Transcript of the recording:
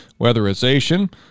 Weatherization